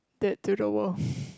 that do the